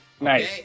Nice